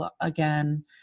again